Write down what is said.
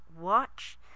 watch